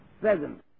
present